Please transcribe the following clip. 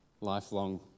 lifelong